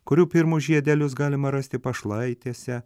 kurių pirmus žiedelius galima rasti pašlaitėse